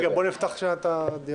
בוא נפתח קודם את הדיון.